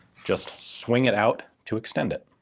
just swing it out to extend it.